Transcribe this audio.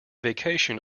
vacation